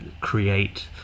create